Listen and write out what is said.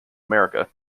america